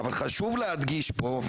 אבל חשוב להדגיש פה,